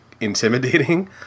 intimidating